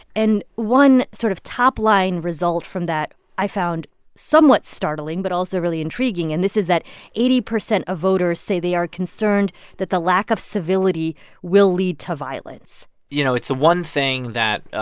and one sort of top-line result from that i found somewhat startling but also really intriguing. and this is that eighty percent of voters say they are concerned that the lack of civility will lead to violence you know, it's the one thing that,